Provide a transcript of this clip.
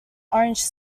orange